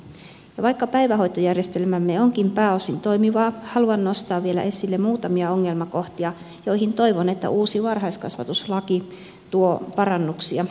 ja vaikka päivähoitojärjestelmämme onkin pääosin toimiva haluan nostaa vielä esille muutamia ongelmakohtia joihin toivon että uusi varhaiskasvatuslaki tuo parannuksia